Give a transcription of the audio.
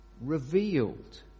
revealed